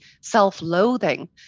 self-loathing